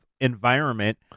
environment